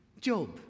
Job